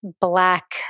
black